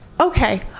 Okay